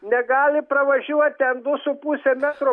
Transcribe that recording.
negali pravažiuot ten du su puse metro